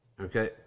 okay